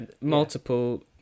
multiple